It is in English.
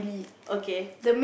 okay